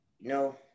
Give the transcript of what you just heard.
No